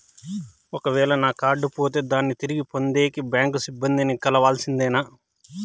ఒక వేల నా కార్డు పోతే దాన్ని తిరిగి పొందేకి, బ్యాంకు సిబ్బంది ని కలవాల్సిందేనా?